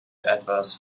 etwas